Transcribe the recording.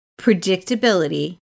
predictability